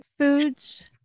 foods